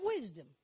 wisdom